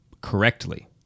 correctly